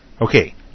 Okay